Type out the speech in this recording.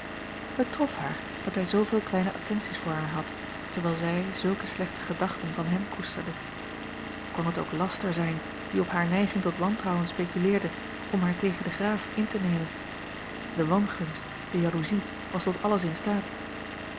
het trof haar dat hij zooveel kleine attenties voor haar had terwijl zij zulke slechte gedachten van hem koesterde kon het ook laster zijn die op hare neiging tot wantrouwen speculeerde om haar tegen den graaf in te nemen de wangunst de jaloezie was tot alles in staat